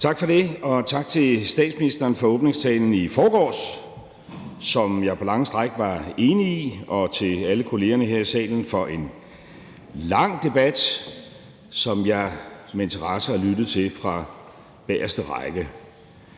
Tak for det, og tak til statsministeren for åbningstalen i forgårs, som jeg på lange stræk var enig i, og til alle kollegerne her i salen for en lang debat, som jeg med interesse har lyttet til fra bagerste række.